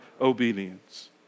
obedience